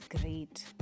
great